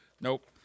Nope